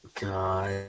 God